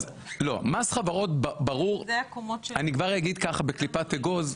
מס חברות אני כבר אגיד בקליפת אגוז,